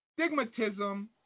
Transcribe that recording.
Stigmatism